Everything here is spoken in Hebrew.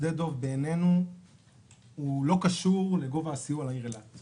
משדה דב בעינינו לא קשור לגובה הסיוע לעיר אילת.